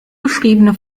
beschriebene